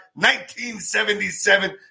1977